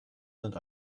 sind